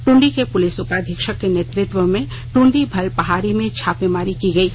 ट्ंडी के पुलिस उपाधीक्षक के नेतृत्व में ट्ंडी भल पहारी में छापेमारी की गयी